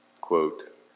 quote